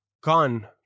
gone